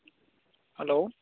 hello